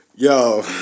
Yo